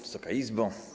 Wysoka Izbo!